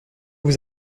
vous